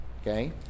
Okay